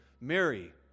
Mary